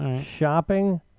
Shopping